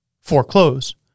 foreclose